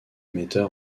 metteur